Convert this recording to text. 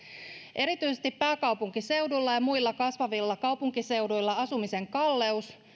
erityisesti pääkaupunkiseudulla ja muilla kasvavilla kaupunkiseuduilla asumisen kalleus